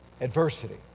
adversity